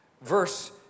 Verse